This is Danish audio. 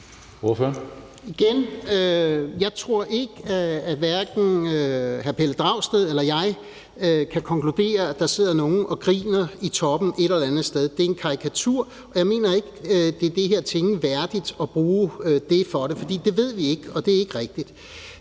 Jeg tror ikke, at hverken hr. Pelle Dragsted eller jeg kan konkludere, at der sidder nogen et eller andet sted i toppen og griner. Det er en karikatur, og jeg mener ikke, at det er det her Ting værdigt at bruge den i forhold til det her, for det ved vi ikke, og det er ikke rigtigt.